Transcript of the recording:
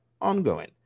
ongoing